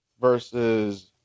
versus